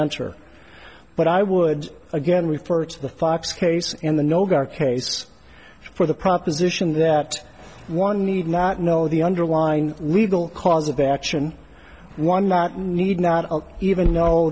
answer but i would again refer to the fox case in the no gar case for the proposition that one need not know the underlying legal cause of action one not need not even know